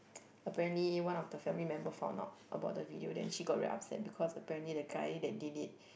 apparently one of the family member found out about the video then she got very upset because apparently the guy that did it